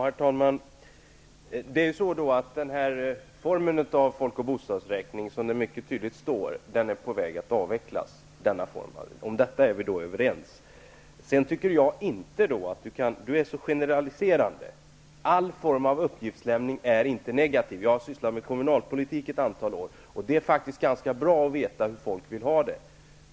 Herr talman! Som det mycket tydligt står i betänkandet är den här formen av folk och bostadsräkning på väg att avvecklas. Om detta är vi överens. Richard Ulfvengren är så generaliserande. All form av uppgiftslämning är inte negativ. Jag har under ett antal år sysslat med kommunalpolitik, och det är då faktiskt ganska bra att veta hur folk vill ha det.